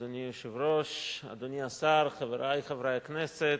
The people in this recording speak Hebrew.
אדוני היושב-ראש, אדוני השר, חברי חברי הכנסת,